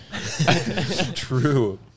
True